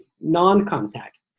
non-contact